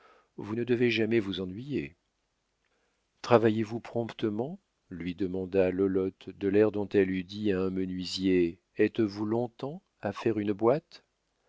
vous ne devez jamais vous ennuyer travaillez vous promptement lui demanda lolotte de l'air dont elle eût dit à un menuisier êtes-vous longtemps à faire une boîte